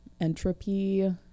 entropy